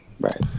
right